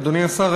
אדוני השר,